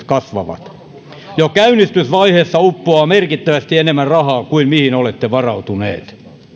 kasvavat jo käynnistymisvaiheeseen uppoaa merkittävästi enemmän rahaa kuin mihin olette varautuneet